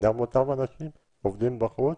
וגם אותם אנשים עובדים בחוץ,